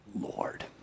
Lord